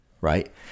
right